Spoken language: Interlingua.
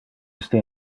iste